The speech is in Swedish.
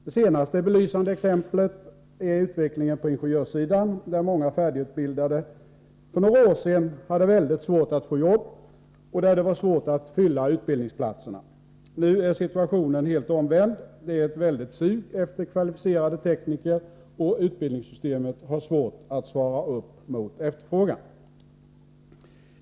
Det senaste belysande exemplet är utvecklingen på ingenjörssidan, där många färdigutbildade för några år sedan hade väldigt svårt att få jobb och där det var svårt att fylla utbildningsplatserna. Nu är situationen helt omvänd. Det är ett väldigt sug efter kvalificerade tekniker, och utbildningssystemet har svårt att svara upp mot efterfrågan.